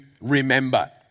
remember